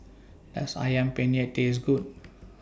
Does Ayam Penyet Taste Good